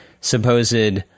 supposed